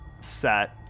set